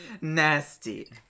Nasty